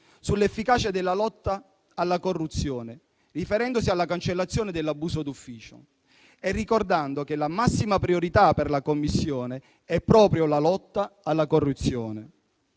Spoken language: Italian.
sull'efficacia della lotta alla corruzione, riferendosi alla cancellazione dell'abuso d'ufficio e ricordando che la massima priorità per la Commissione è proprio la lotta alla corruzione.